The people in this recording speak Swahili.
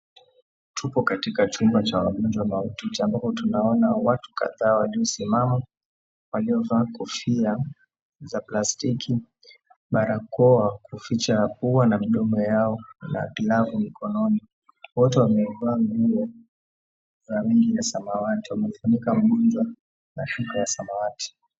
Tupo katika chumba cha wagonjwa mahututi ambapo tunaona watu kadhaa waliosimama waliovaa kofia za plastiki, barakoa kuficha pua na midomo yao na glavu mkononi wote wamevaa nguo za rangi ya samawati wamefunika mgonjwa na shuka ya samawati.